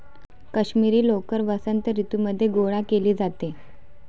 काश्मिरी लोकर वसंत ऋतूमध्ये गोळा केली जाते